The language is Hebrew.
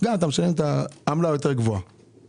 גם אתה משלם את העמלה היותר גבוהה.